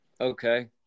okay